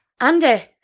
Andy